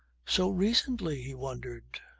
so recently! he wondered.